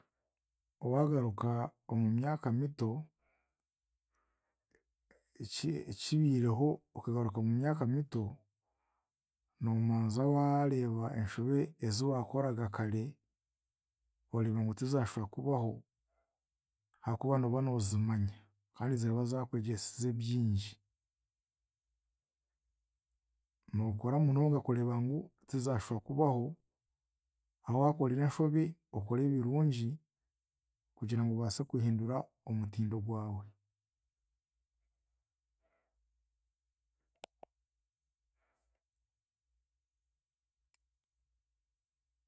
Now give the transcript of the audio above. Waagaruka omu myaka mito. Ki- Kibaireho okagaruka mu myaka mito, noomanza waareeba enshobe ezi waakoraga kare, oreeba ngu tizaashuba kubaho ahaakuba nooba noozimanya kandi ziraba zaakwegyesize byingi. Nookora munonga kureeba ngu tizashuba kubaho habawaakorire enshobi, okore ebirungi kugira ngu obaase kuhindura omutindo gwawe.